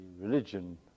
religion